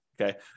Okay